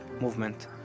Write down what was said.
movement